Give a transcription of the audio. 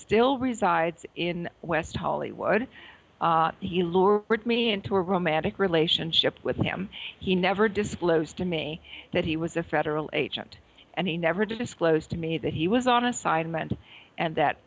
still resides in west hollywood he lured me into a romantic relationship with him he never disclosed to me that he was a federal agent and he never disclosed to me that he was on assignment and that